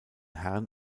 herrn